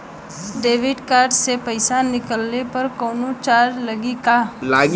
Debit card से पैसा निकलले पर कौनो चार्ज लागि का?